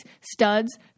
studs